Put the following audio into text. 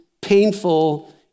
painful